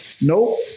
Nope